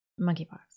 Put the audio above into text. monkeypox